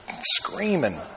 screaming